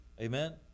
Amen